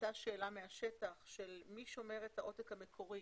עלתה שאלה מהשטח והיא מי שומר את העותק המקורי.